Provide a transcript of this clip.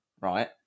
Right